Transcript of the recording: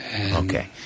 Okay